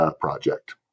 project